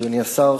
אדוני השר,